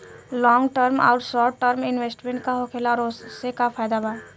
Long term आउर short term investment का होखेला और ओसे का फायदा बा?